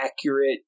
accurate